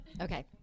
Okay